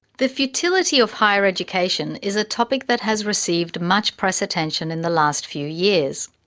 the futility of higher education is a topic that has received much press attention in the last few years.